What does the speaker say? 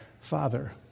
Father